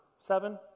seven